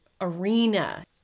arena